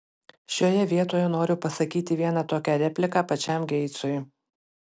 šioje vietoje noriu pasakyti vieną tokią repliką pačiam geitsui